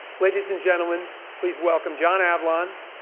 ladies and gentlemen, please welcome john avlon,